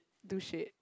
do shit